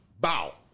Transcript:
Bow